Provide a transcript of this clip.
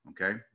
okay